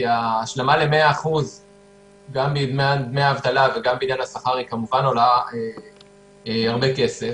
כי השלמה ל-100% גם בדמי האבטלה וגם בעניין השכר כמובן עולה הרבה כסף.